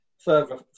further